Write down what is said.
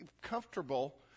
comfortable